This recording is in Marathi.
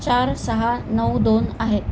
चार सहा नऊ दोन आहेत